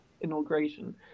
inauguration